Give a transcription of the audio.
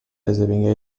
esdevingué